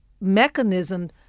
mechanism